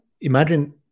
imagine